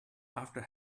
after